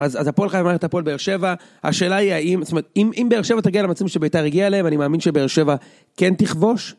אז הפועל חייב להיות הפועל באר שבע, השאלה היא האם, זאת אומרת, אם באר שבע תגיע למצבים שביתר הגיע אליהם, אני מאמין שבאר שבע כן תכבוש.